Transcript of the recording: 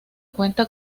cuenta